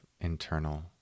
internal